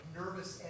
nervous